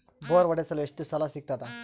Bore ಹೊಡೆಸಲು ಎಷ್ಟು ಸಾಲ ಸಿಗತದ?